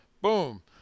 Boom